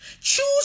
Choose